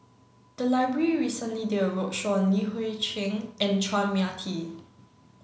the library recently did a roadshow on Li Hui Cheng and Chua Mia Tee